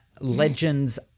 Legends